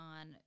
on